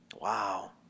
Wow